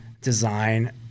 design